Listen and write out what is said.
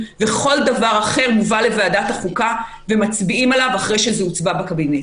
וכל דבר אחר מובא לוועדת החוקה ומצביעים עליו אחרי שזה הוצבע בקבינט.